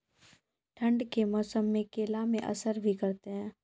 ठंड के मौसम केला मैं असर भी करते हैं?